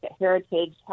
Heritage